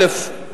א.